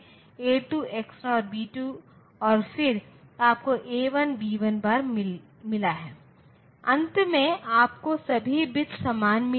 अब हम इन इनपुट मूल्यों के सभी संभावित संयोजनों को सूचीबद्ध करते हैं